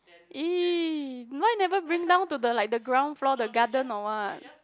!ee! why never bring down to the like the ground floor the garden or what